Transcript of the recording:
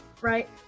right